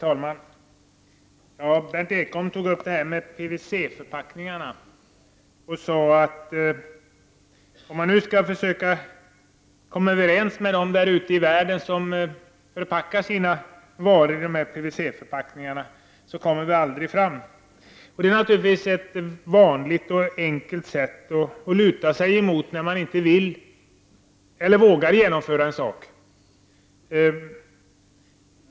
Herr talman! Berndt Ekholm tog upp frågan om PVC-förpackningar och sade att om vi skall försöka att komma överens med alla dem ute i världen som förpackar sina varor i PVC-förpackningar kommer vi aldrig att nå fram. Det är naturligtvis ett vanligt och enkelt sätt att luta sig mot detta när man inte vill eller vågar genomföra en sak.